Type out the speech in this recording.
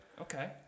Okay